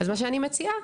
אז מה שאני מציעה,